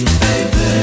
baby